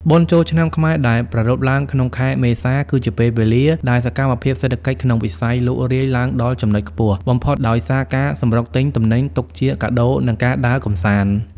បុណ្យចូលឆ្នាំខ្មែរដែលប្រារព្ធឡើងក្នុងខែមេសា គឺជាពេលវេលាដែលសកម្មភាពសេដ្ឋកិច្ចក្នុងវិស័យលក់រាយឡើងដល់ចំណុចខ្ពស់បំផុតដោយសារការសម្រុកទិញទំនិញទុកជាកាដូ និងការដើរកម្សាន្ត។